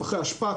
פחי אשפה,